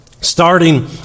starting